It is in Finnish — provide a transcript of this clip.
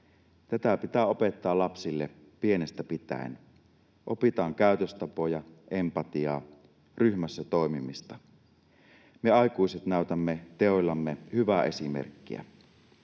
Tätä pitää opettaa lapsille pienestä pitäen: opitaan käytöstapoja, empatiaa, ryhmässä toimimista. Me aikuiset näytämme teoillamme hyvää esimerkkiä.